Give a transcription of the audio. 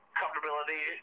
comfortability